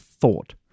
thought